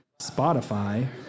Spotify